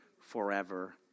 forever